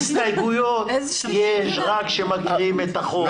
הסתייגויות יש רק כשמכירים את החוק.